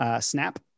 snap